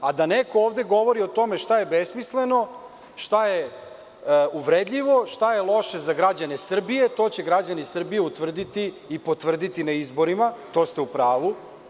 A da neko ovde govori o tome šta je besmisleno, šta je uvredljivo, šta je loše za građane Srbije, to će građani Srbije utvrditi i potvrditi na izborima, to ste u pravu.